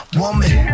woman